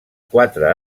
quatre